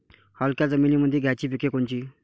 हलक्या जमीनीमंदी घ्यायची पिके कोनची?